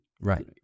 right